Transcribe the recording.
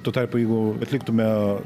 tuo tarpu jeigu atliktume